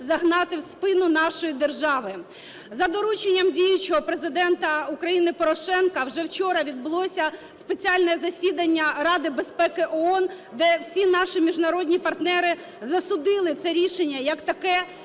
загнати в спину нашої держави. За дорученням діючого Президента України Порошенка вже вчора відбулося спеціальне засідання Ради безпеки ООН, де всі наші міжнародні партнери засудили це рішення як таке,